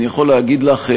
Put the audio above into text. אני יכול להגיד לך בצער,